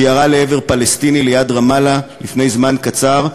שירה לעבר פלסטיני ליד רמאללה לפני זמן קצר,